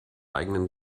eigenen